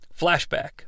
Flashback